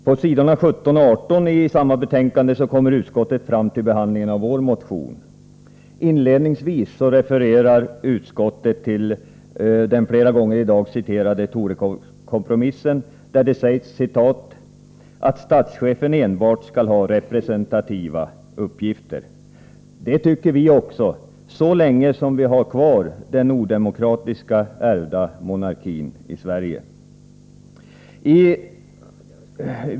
På s. 17 och 18 i samma betänkande kommer utskottet fram till behandlingen av vår motion. Inledningsvis refererar utskottet till den flera gånger i dag citerade Torekovskompromissen, där det sägs att statschefen enbart skall ha ”representativa uppgifter”. Det tycker vi också — så länge som vi har kvar den odemokratiska ärvda monarkin i Sverige.